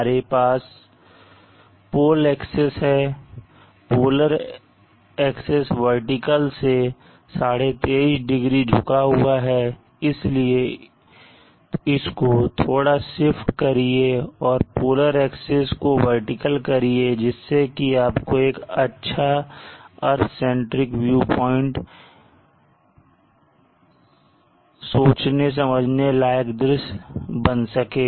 हमारे पास pole axis है पोलर एक्सेस वर्टिकल से 2312degree झुका हुआ है इसलिए इसको थोड़ा स्विफ्ट करिए और पोलर एक्सिस को वर्टिकल करिए जिससे कि आपको एक अच्छा अर्थ सेंट्रिक व्यू प्वाइंट का सोचने समझने लायक दृश्य बन सके